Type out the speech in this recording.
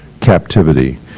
captivity